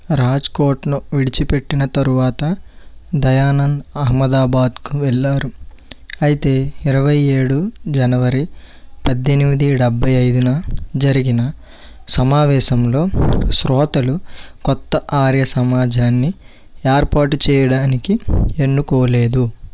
రాజ్కోట్ను విడిచిపెట్టిన తరువాత దయానంద్ అహ్మదాబాద్కు వెళ్ళారు అయితే ఇరవై ఏడు జనవరి పద్దెనిమిది డెబ్బై ఐదున జరిగిన సమావేశంలో శ్రోతలు కొత్త ఆర్యసమాజాన్ని ఏర్పాటు చేయడానికి ఎన్నుకోలేదు